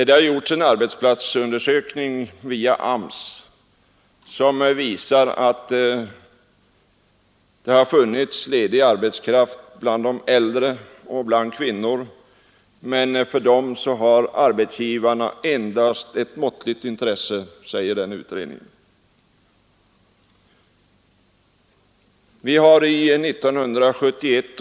Det har gjorts en arbetskraftsundersökning via AMS som visar att det har funnits ledig arbetskraft bland de äldre och bland kvinnor. Enligt utredningen har arbetsgivarna dock endast visat ett måttligt intresse för dessa kategorier.